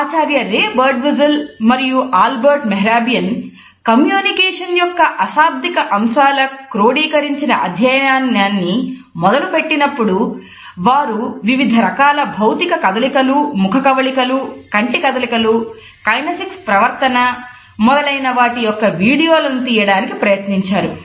ఆచార్య Ray Birdwhistell ప్రవర్తన మొదలైన వాటి యొక్క వీడియోలను తీయడానికి ప్రయత్నించారు